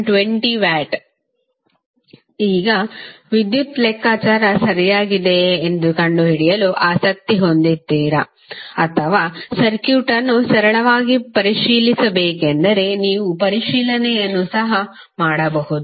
9W 1020W ಈಗ ವಿದ್ಯುತ್ ಲೆಕ್ಕಾಚಾರ ಸರಿಯಾಗಿದೆಯೆ ಎಂದು ಕಂಡುಹಿಡಿಯಲು ಆಸಕ್ತಿ ಹೊಂದಿದ್ದೀರಾ ಅಥವಾ ಸರ್ಕ್ಯೂಟ್ ಅನ್ನು ಸರಳವಾಗಿ ಪರಿಶೀಲಿಸಬೇಕೆಂದರೆ ನೀವು ಪರಿಶೀಲನೆಯನ್ನು ಸಹ ಮಾಡಬಹುದು